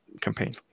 campaign